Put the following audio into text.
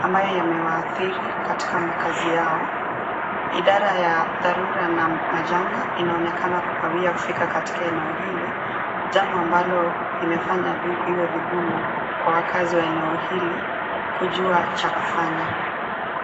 ambayo yamewaathiri katika makazi yao. Idara ya dharura na majanga inaonekana kukawia kufika katika eneo hili, jambo ambalo limefanya iwe vigumu kwa wakazi wa eneo hili kujua cha kufanya.